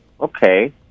okay